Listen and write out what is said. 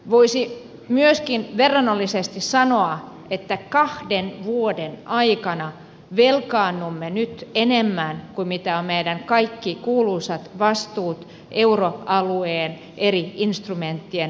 voisi myöskin verrannollisesti sanoa että kahden vuoden aikana velkaannumme nyt enemmän kuin mitä ovat meidän kaikki kuuluisat vastuumme euroalueen eri ins trumenttien takauksina